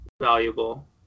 valuable